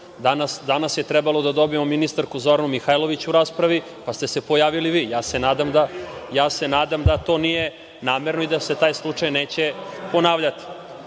Danas je trebalo da dobijemo ministarku Zoranu Mihajlović u raspravi, pa ste se pojavili. Nadam se da to nije namerno i da se taj slučaj neće ponavljati. Ugovor